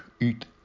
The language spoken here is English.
eat